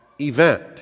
event